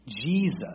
Jesus